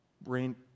brain